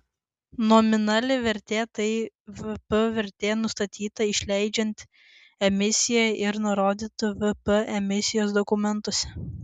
nominali vertė tai vp vertė nustatyta išleidžiant emisiją ir nurodyta vp emisijos dokumentuose